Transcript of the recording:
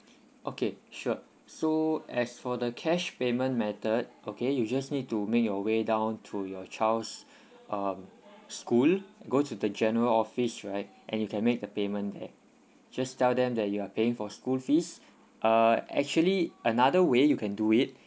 okay sure so as for the cash payment method okay you just need to make your way down to your child's um school go to the general office right and you can make the payment there just tell them that you are paying for school fees uh actually another way you can do it